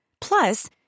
Plus